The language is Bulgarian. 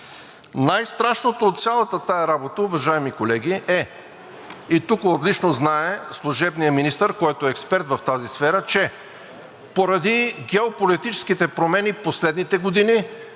Най-страшното от цялата тази работа, уважаеми колеги, е – тук отлично знае служебният министър, който е експерт в тази сфера, че поради геополитическите промени в последните години